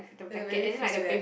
then the baby freeze to death